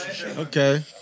Okay